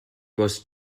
was